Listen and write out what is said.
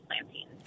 planting